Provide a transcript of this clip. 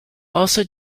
also